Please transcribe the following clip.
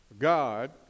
God